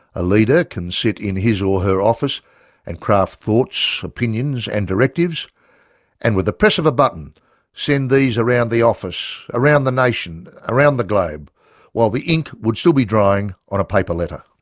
a leader can sit in his or her office and craft thoughts, opinions and directives and with the press of a button send these around the office, around the nation, around the globe while the ink would still be drying on a paper letter.